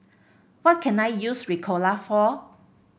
what can I use Ricola for